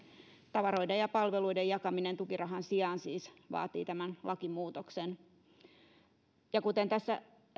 tavaroiden ja palveluiden jakaminen tukirahan sijaan siis vaatii tämän lakimuutoksen kuten tässä